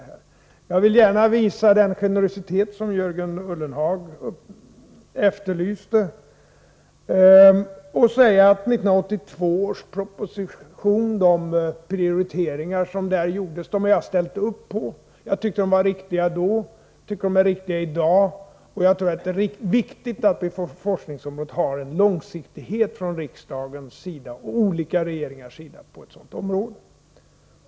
Jag vill gärna visa den generositet som Jörgen Ullenhag efterlyste genom att säga att jag ställt upp på de prioriteringar som gjordes i 1982 års proposition. Jag tyckte att de var riktiga då, och jag tycker att de är riktiga i dag. Jag tror att det är viktigt att det på forskningsområdet är en långsiktighet från riksdagens sida och från olika regeringars sida.